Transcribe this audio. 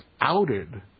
outed